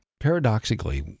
Paradoxically